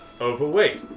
overweight